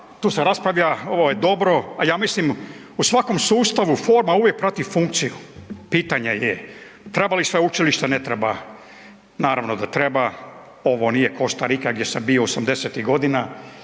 tu se raspravlja, ovo je dobro, a ja mislim u svakom sustavu forma uvijek prati funkciju. Pitanje je, treba li sveučilišta, ne treba? Naravno da treba, ovo nije Kostarika gdje sam bio '80.-tih godina